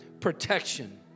protection